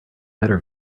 better